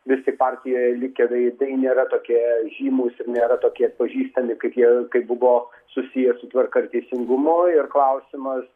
vis tik partijoje likę veidai nėra tokie žymūs ir nėra tokie atpažįstami kaip jie kai buvo susiję su tvarka ir teisingumu ir klausimas